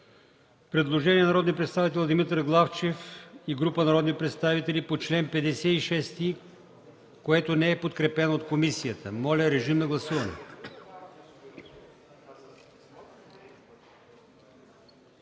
предложение на народния представител Димитър Главчев и група народни представители, което не е подкрепено от комисията. Моля, режим на гласуване.